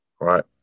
right